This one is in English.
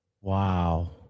Wow